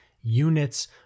units